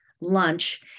lunch